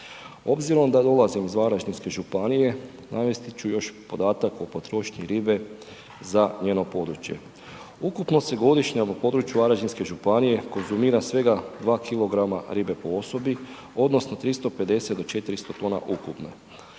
Obzirom da dolazim i Varaždinske županije, navesti ću još podatak o potrošnji ribe za njeno područje. Ukupno se godišnje na području Varaždinske županije konzumira svega 2 kg ribe po osobi odnosno 350 do 400 kn ukupno.